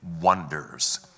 wonders